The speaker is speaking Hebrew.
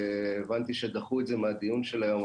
הבנתי שדחו את זה מהדיון של היום,